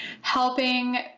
helping